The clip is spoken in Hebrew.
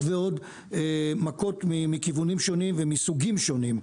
ועוד מכות מכיוונים שונים ומסוגים שונים.